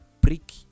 Brick